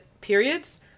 periods